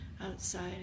outside